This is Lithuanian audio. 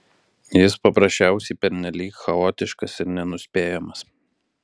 jis paprasčiausiai pernelyg chaotiškas ir nenuspėjamas